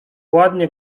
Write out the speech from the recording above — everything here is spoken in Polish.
ładnie